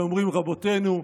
אומרים: רבותינו,